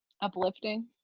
uplifting